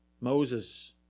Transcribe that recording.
Moses